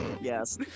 Yes